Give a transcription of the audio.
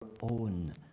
own